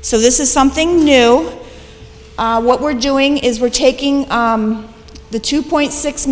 so this is something new what we're doing is we're taking the two point six